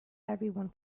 everyone